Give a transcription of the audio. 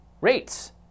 rates